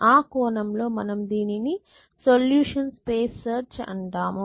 ఆ కోణం లో మనం దీనిని సొల్యూషన్ స్పేస్ సెర్చ్ అంటాము